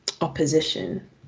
opposition